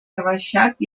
rebaixat